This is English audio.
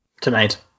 tonight